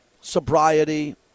sobriety